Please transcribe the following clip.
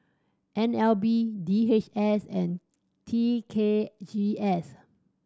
N L B D H S and T K G S